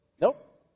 Nope